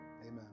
amen